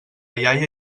iaia